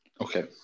Okay